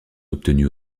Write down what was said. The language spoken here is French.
obtenues